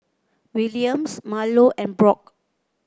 Williams Marlo and Brock